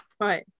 Right